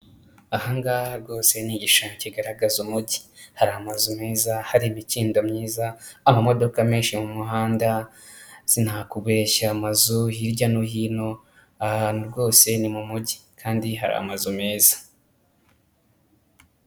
Aha ngaha rwose ni igishushanyo kigaragaza umujyi, hari amazu meza, hari imikindo myiza, amamodoka menshi mu muhanda, sinakubeshya amazu hirya no hino aha hantu rwose ni mu mujyi kandi hari amazu meza.